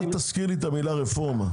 אל תזכיר לי את המילה רפורמה.